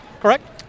Correct